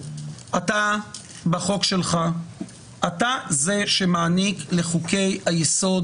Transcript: בחוק שלך אתה זה שמעניק לחוקי היסוד